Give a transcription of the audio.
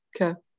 Okay